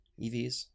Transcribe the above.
EVs